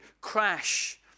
crash